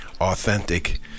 authentic